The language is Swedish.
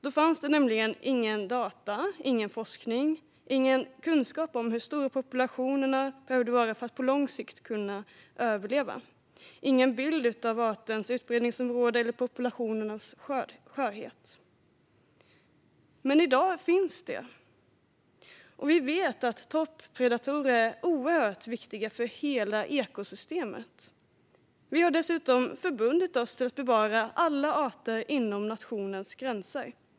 Då fanns det nämligen inga data och ingen forskning eller kunskap om hur stora populationerna behövde vara för att på lång sikt kunna överleva. Det fanns ingen bild av arternas utbredningsområden eller populationernas skörhet. Men i dag finns detta, och vi vet att toppredatorer är oerhört viktiga för hela ekosystemet. Vi har dessutom förbundit oss att bevara alla arter inom nationens gränser.